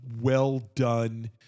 well-done